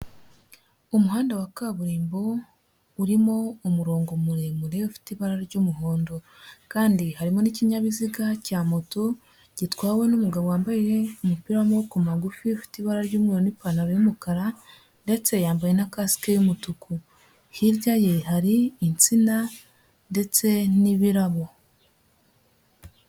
Umuhanda wa kaburimbo urimo umurongo muremure ufite ibara ry'umuhondo, kandi harimo n'ikinyabiziga cya moto gitwawe n'umugabo wambaye umupira w'amaguru magufi, ufite ibara ry'umumweru n'ipantaro y'umukara ndetse yambaye na kasike y'umutuku hirya ye hari insina ndetse n'ibirabo.